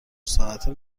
ساعته